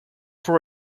for